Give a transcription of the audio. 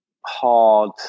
hard